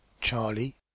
Charlie